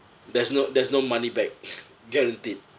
there's no there's no money back guaranteed